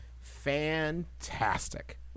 fantastic